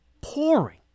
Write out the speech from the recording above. pouring